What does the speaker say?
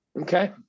Okay